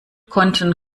konnten